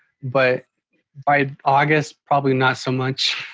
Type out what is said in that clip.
but by august probably not so much.